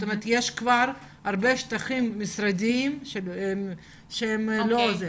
יש כבר הרבה שטחים משרדיים שלא מאוישים.